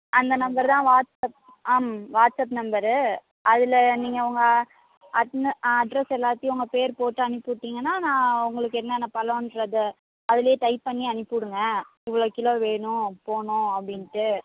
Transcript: அந்த நம்பர் தான் வாட்ஸ்அப் ஆம் வாட்ஸ்அப் நம்பர் அதில் நீங்கள் உங்கள் அட்ன ஆ அட்ரஸ் எல்லாத்தையும் உங்கள் பேர் போட்டு அனுப்பி விட்டீங்கன்னா நான் உங்களுக்கு என்னென்ன பழன்றத அதிலேயே டைப் பண்ணி அனுப்பி விடுங்க இவ்வளோ கிலோ வேணும் போணும் அப்படின்ட்டு